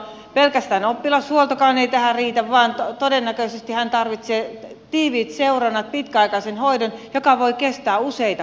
pelkästään oppilashuoltokaan ei tähän riitä vaan todennäköisesti hän tarvitsee tiiviit seurannat pitkäaikaisen hoidon joka voi kestää useita kuukausia